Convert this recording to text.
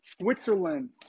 Switzerland